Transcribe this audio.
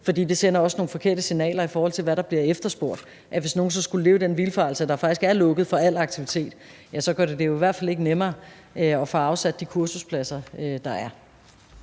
for det sender også nogle forkerte signaler, i forhold til hvad der bliver efterspurgt, så hvis nogen skulle leve i den vildfarelse, at der faktisk er lukket for al aktivitet, så gør det det jo i hvert fald ikke nemmere at få afsat de kursuspladser, der er.